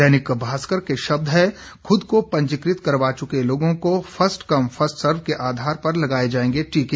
दैनिक भास्कर के शब्द हैं खुद को पंजीकृत करवा चुके लोगों को फ्स्ट कम फ्स्ट सर्व के आधार पर लगाए जाएंगे टीके